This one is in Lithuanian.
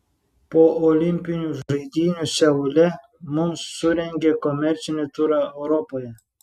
po olimpinių žaidynių seule mums surengė komercinį turą europoje